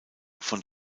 von